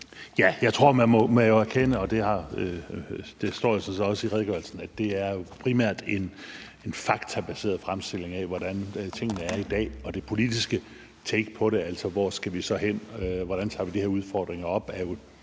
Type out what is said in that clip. Jeg tror, man må erkende – det står jo sådan set også i redegørelsen – at det primært er en faktabaseret fremstilling af, hvordan tingene er i dag. Det politiske take på det, altså hvor vi så skal hen, og hvordan vi tager de her udfordringer op,